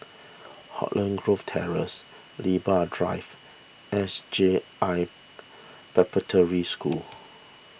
Holland Grove Terrace Libra Drive S J I Preparatory School